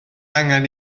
angen